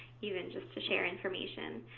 even just to share information.